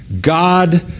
God